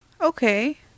Okay